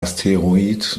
asteroid